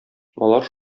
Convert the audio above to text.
алар